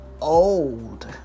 old